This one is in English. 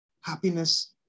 happiness